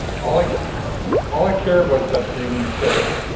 all like all i care about is that they say it.